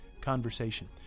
conversation